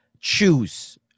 Choose